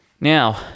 Now